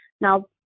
now